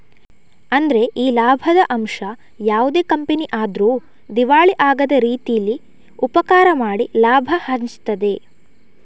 ಅಂದ್ರೆ ಈ ಲಾಭದ ಅಂಶ ಯಾವುದೇ ಕಂಪನಿ ಆದ್ರೂ ದಿವಾಳಿ ಆಗದ ರೀತೀಲಿ ಉಪಕಾರ ಮಾಡಿ ಲಾಭ ಹಂಚ್ತದೆ